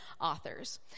authors